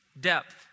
depth